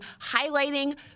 highlighting